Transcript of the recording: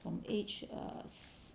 from age